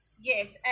yes